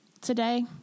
Today